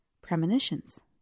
premonitions